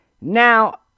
Now